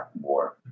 more